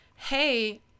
hey